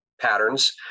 patterns